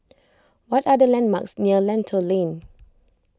what are the landmarks near Lentor Lane